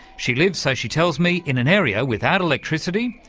she lives, so she tells me, in an area without electricity,